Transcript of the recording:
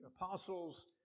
apostles